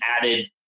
added